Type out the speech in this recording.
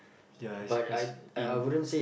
ya I I see in